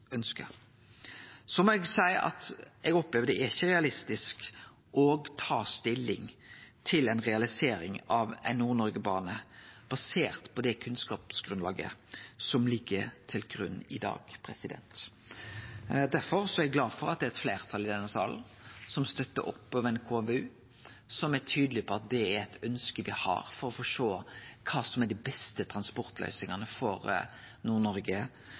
Så må eg seie at eg opplever at det ikkje er realistisk å ta stilling til realisering av ein Nord-Noregbane basert på det kunnskapsgrunnlaget som ligg til grunn i dag. Derfor er eg glad for at det er eit fleirtal i denne salen som støttar opp om ein KVU, som er tydelege på at det er eit ønske dei har for å sjå kva som er dei beste transportløysingane for